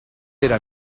era